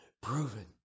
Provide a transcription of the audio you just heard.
proven